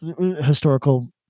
historical